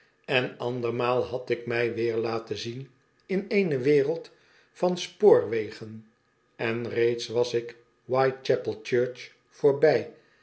en andermaal bad ik mij weer laten zien in eene wereld van spoorwegen en reeds was ik whitechapel church voorbij